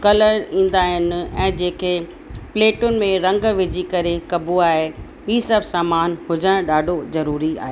colour ईंदा आहिनि ऐं जेके प्लेटुनि में रंग विझी करे कबो आहे ही सभु सामानु हुजणु ॾाढो ज़रूरी आहे